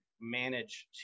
manage